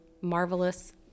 Marvelous